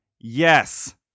yes